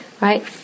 right